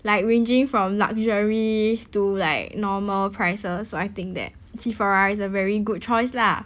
like ranging from luxury to like normal prices so I think that Sephora is a very good choice lah